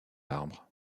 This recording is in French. l’arbre